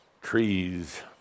trees